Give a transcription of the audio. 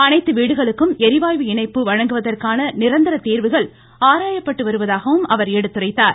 அனைத்து வீடுகளுக்கும் ளிவாயு இணைப்பு வழங்குவதற்கான நிரந்தர தீர்வுகள் ஆராயப்பட்டு வருவதாகவும் அவர் எடுத்துரைத்தார்